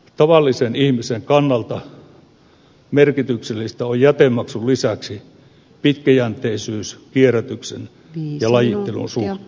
tavallisen ihmisen kannalta merkityksellistä on jätemaksun lisäksi pitkäjänteisyys kierrätyksen ja lajittelun suhteen